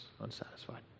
unsatisfied